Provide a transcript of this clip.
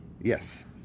Yes